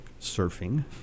surfing